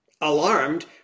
alarmed